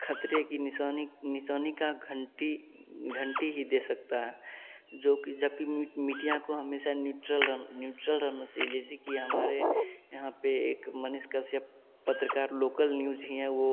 खतरे की निशानी निशानी की घंटी घंटी ही दे सकता है जो कि जब कि मीटिया को हमेशा न्यूट्रल न्यूट्रल रहना चाहिए जैसे कि हमारे यहाँ पर एक मनीष कश्यप पत्रकार लोकल न्यूज ही है वे